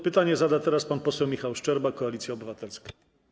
Pytanie zada teraz pan poseł Michał Szczerba, Koalicja Obywatelska.